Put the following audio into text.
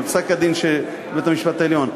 על פסק-הדין של בית-המשפט העליון,